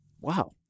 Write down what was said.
Wow